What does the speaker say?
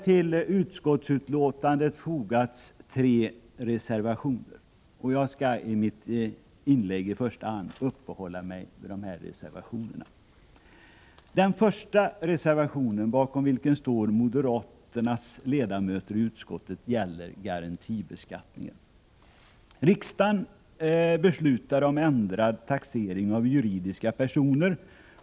Till utskottsbetänkandet har fogats tre reservationer, och jag skall i mitt inlägg i första hand uppehålla mig vid dessa reservationer. Den första reservationen, bakom vilken står moderaternas ledamöter i utskottet, gäller garantibeskattningen. Riksdagen beslutade om ändrad taxering av juridiska personer.